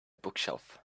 bookshelf